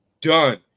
Done